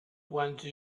once